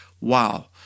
Wow